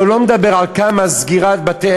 אבל הוא לא מדבר על סגירת בתי-עסק.